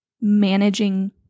managing